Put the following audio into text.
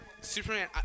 Superman